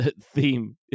theme